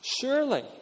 Surely